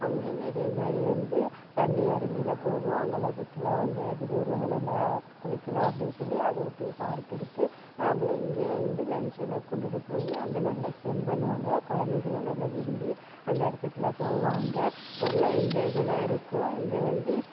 அங்கேயுமே இதே மாதிரி வந்து தண்ணி அருவியெல்லாம் போகும் அங்கேல்லாம் சுற்றுலா வந்து அதிகம் வருவாங்க நல்லா குளிக்கலாம் அப்படினு சொல்லி அதை ஒட்டியும் பார்க் இருக்கு நாங்களும் இங்கேயிருந்து லஞ்ச்லாம் கொண்டுகிட்டு போய் அங்கே நல்லா ஸ்பென் பண்ணுவாங்க குழந்தைகளும் நல்லா விரும்பி அந்த இடத்துக்கெல்லாம் போவாங்க நல்லா என்ஜாயபிலா இருக்கும் இங்கே வந்து